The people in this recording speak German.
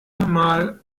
mal